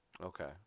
Okay